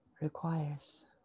requires